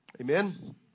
Amen